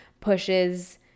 pushes